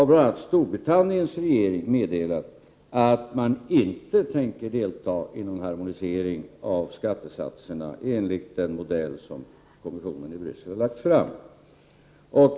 Bl.a. Storbritanniens regering har meddelat att man inte tänker delta i någon harmonisering av skattesatserna enligt den modell som kommissionen i Bryssel framlagt.